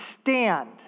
stand